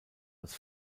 als